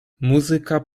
muzyka